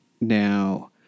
now